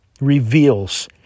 reveals